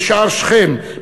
בשער שכם,